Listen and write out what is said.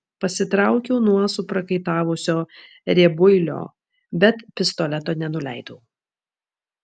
pasitraukiau nuo suprakaitavusio riebuilio bet pistoleto nenuleidau